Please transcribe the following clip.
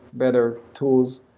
better tools,